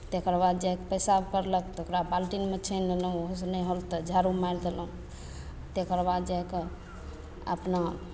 तकर बाद जा कऽ पेशाब करलक तऽ ओकरा बाल्टीनमे छानि लेलहुँ ओहूसँ नहि होल तऽ झाड़ू मारि देलहुँ तकर बाद जाके अपना